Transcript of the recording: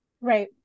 Right